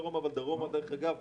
משרדי הממשלה לא רוצים לנגוע בו,